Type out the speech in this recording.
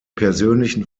persönlichen